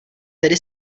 tedy